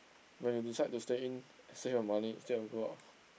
when you decide to stay in and save your money instead of go out